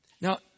Now